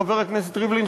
חבר הכנסת ריבלין,